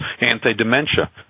anti-dementia